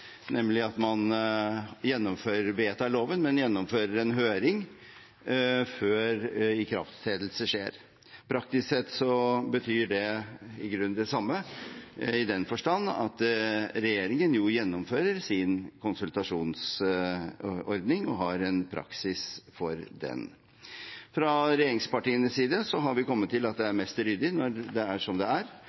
nemlig at man vedtar loven, men gjennomfører en høring før ikrafttredelse skjer. Praktisk sett betyr det i grunnen det samme, i den forstand at regjeringen jo gjennomfører sin konsultasjonsordning og har en praksis for den. Fra regjeringspartienes side har vi kommet til at det er mest ryddig – når det er som det er